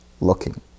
looking